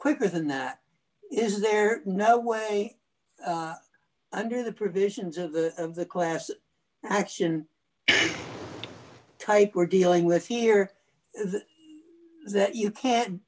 quicker than that is there no way under the provisions of the of the class action type we're dealing with here is that you can